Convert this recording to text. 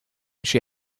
she